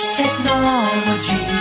technology